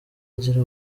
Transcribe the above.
agira